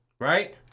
Right